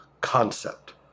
concept